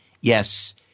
yes